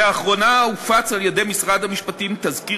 לאחרונה הופץ על-ידי משרד המשפטים תזכיר